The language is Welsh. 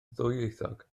ddwyieithog